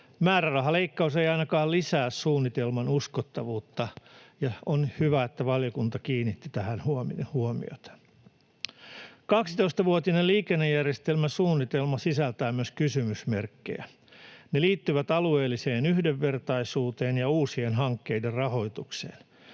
Määrärahaleikkaus ei ainakaan lisää suunnitelman uskottavuutta, ja on hyvä, että valiokunta kiinnitti tähän huomiota. Arvoisa puhemies! Kaksitoistavuotinen liikennejärjestelmäsuunnitelma sisältää myös kysymysmerkkejä. Ne liittyvät alueelliseen yhdenvertaisuuteen ja uusien hankkeiden rahoitukseen.